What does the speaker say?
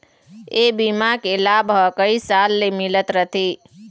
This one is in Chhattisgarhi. ए बीमा के लाभ ह कइ साल ले मिलत रथे